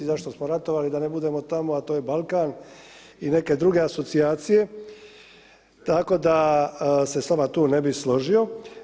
Zašto smo ratovali da ne budemo tamo, a to je Balkan i neke druge asocijacije, tako da se tu s vama ne bi složio.